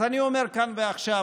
אז אני אומר כאן ועכשיו,